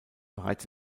bereits